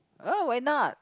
oh why not